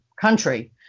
country